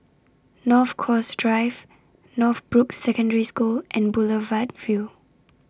North Coast Drive Northbrooks Secondary School and Boulevard Vue